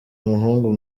umuhungu